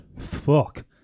Fuck